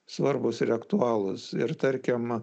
svarbūs ir aktualūs ir tarkim